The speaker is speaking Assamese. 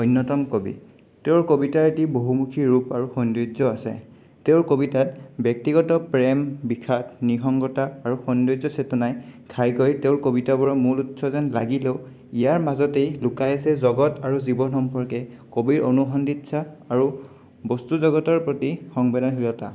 অন্যতম কবি তেওঁৰ কবিতাৰ এটি বহুমুখী ৰূপ আৰু সৌন্দৰ্য্য আছে তেওঁৰ কবিতাত ব্যক্তিগত প্ৰেম বিষাদ নিসংগতা আৰু সৌন্দৰ্য চেতনাই ঘাইকৈ তেওঁৰ কবিতাবোৰৰ মূল উৎস যেন লাগিলেও ইয়াৰ মাজতেই লুকাই আছে জগত আৰু জীৱন সম্পৰ্কে কবিৰ অনুসন্ধিৎসা আৰু বস্তু জগতৰ প্ৰতি সংবেদনশীলতা